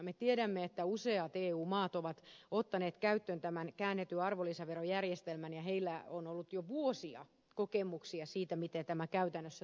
me tiedämme että useat eu maat ovat ottaneet käyttöön tämän käännetyn arvonlisäverojärjestelmän ja heillä on ollut jo vuosia kokemuksia siitä miten tämä käytännössä toimii